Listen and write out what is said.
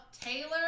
Taylor